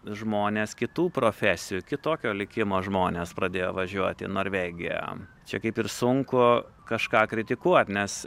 žmonės kitų profesijų kitokio likimo žmonės pradėjo važiuoti į norvegiją čia kaip ir sunku kažką kritikuot nes